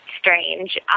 strange